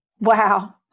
Wow